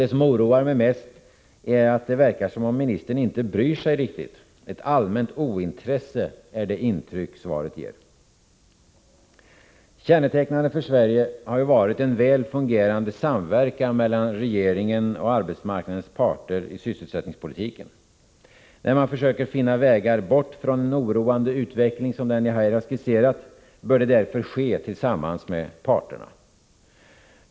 Det som oroar mig mest är att det verkar som om ministern inte riktigt bryr sig. Ett allmänt ointresse är det intryck svaret ger. Kännetecknande för Sverige har varit en väl fungerande samverkan mellan regeringen och arbetsmarknadens parter i sysselsättningspolitiken. När man försöker finna vägar bort från en oroande utveckling som den jag skisserat bör det ske tillsammans med parterna.